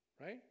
right